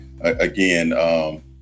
again